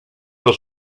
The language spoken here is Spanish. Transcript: los